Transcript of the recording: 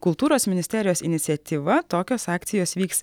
kultūros ministerijos iniciatyva tokios akcijos vyks